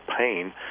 pain